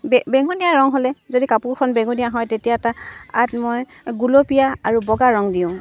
বে বেঙুনীয়া ৰং হ'লে যদি কাপোৰখন বেঙুনীয়া হয় তেতিয়া তাত মই গুলপীয়া আৰু বগা ৰং দিওঁ